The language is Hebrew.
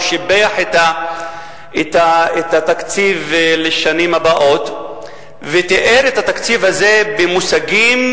שיבח את התקציב לשנים הבאות ותיאר את התקציב הזה במושגים,